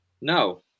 No